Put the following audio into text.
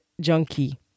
junkie